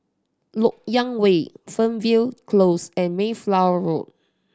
Lok Yang Way Fernvale Close and Mayflower Road